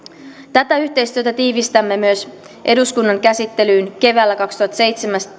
tätä yhteistyötä tiivistämme myös eduskunnan käsittelyyn keväällä kaksituhattaseitsemäntoista